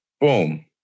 Boom